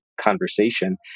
conversation